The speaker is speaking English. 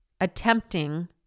attempting